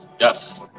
Yes